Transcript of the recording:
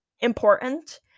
important